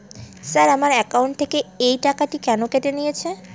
Sir আমার account থেকে এই টাকাটি কেন কেটে নিয়েছেন?